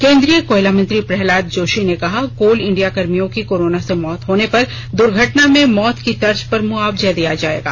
केंद्रीय कोयला मंत्री प्रहलाद जोशी ने कहा कोल इंडिया कर्मियों की कोराना से मौत होने पर दुर्घटना में मौत की तर्ज पर मुआवजा दिया जायेगा